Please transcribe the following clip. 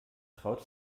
traut